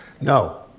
No